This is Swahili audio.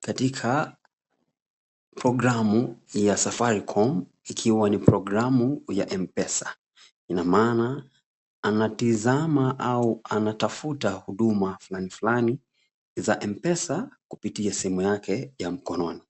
katika programu ya safaricom ikiwa ni programu ya mpesa. Ina maana anatizama ua anatafta huduma fulani fulani za mpesa kutumia simu yake ya mkononi.